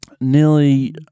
nearly